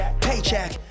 paycheck